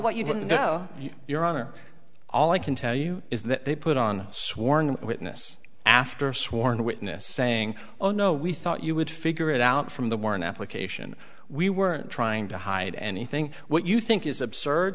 what you don't know your honor all i can tell you is that they put on sworn witness after sworn witness saying oh no we thought you would figure it out from the warren application we weren't trying to hide anything what you think is absurd